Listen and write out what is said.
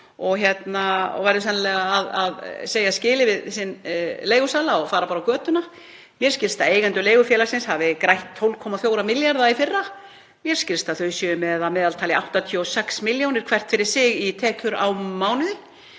og verður sennilega að segja skilið við sinn leigusala og fara bara á götuna. Mér skilst eigendur leigufélagsins hafi grætt 12,4 milljarða í fyrra. Mér skilst að þau séu með að meðaltali 86 milljónir hvert fyrir sig í tekjur á mánuði